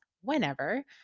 whenever